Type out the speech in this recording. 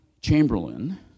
Chamberlain